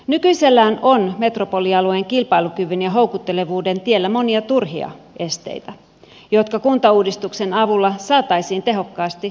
nykyisellään on metropolialueen kilpailukyvyn ja houkuttelevuuden tiellä monia turhia esteitä jotka kuntauudistuksen avulla saataisiin tehokkaasti raivattua pois